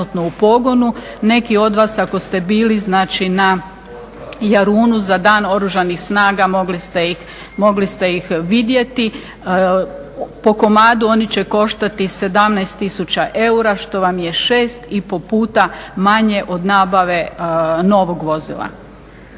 Neki od vas ako ste bili znači na Jarunu za Dan Oružanih snaga mogli ste ih vidjeti. Po komadu oni će koštati 17 tisuća eura što vam je 6,5 puta manje od nabave novog vozila.